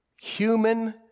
human